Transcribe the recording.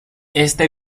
este